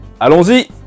Allons-y